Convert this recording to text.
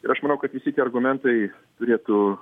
ir aš manau kad vis tie argumentai turėtų